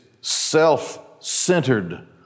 self-centered